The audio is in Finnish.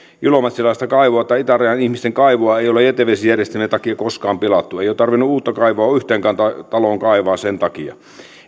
ilomantsilaista kaivoa tai itärajan ihmisten kaivoa ei ole jätevesijärjestelmien takia koskaan pilattu ei ole tarvinnut uutta kaivoa yhteenkään taloon kaivaa sen takia